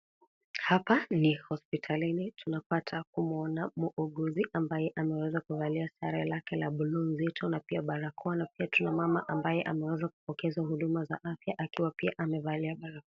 Hapa ni hospitalini tunapata kumuona muuguzi ambaye ameweza kuvalia sare lake la bluu nzito na pia barakoa na pia tuna mama ambaye ameweza kupokezwa huduma za afya akiwa pia amevalia barakoa.